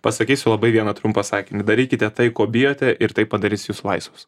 pasakysiu labai vieną trumpą sakinį darykite tai ko bijote ir tai padarys jus laisvus